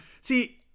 see